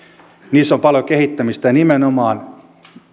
on paljon kehittämistä ja nimenomaan